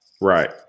Right